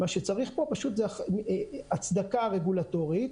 מה שצריך פה זה הצדקה רגולטורית,